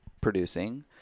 producing